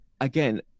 again